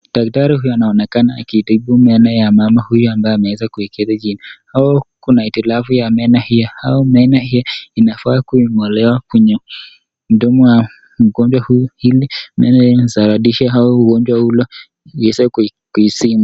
Daktari huyu anaonekana akiitibu meno ya mama huyu ambaye ameweza kuketi chini au kuna hitilafu ya meno hiyo au meno hiyo inafaa kuing'olewa kwenye mdomo au mgonjwa huyu ili meno hiyo isababishe au ugonjwa hilo iweze kuizima.